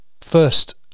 first